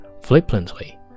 flippantly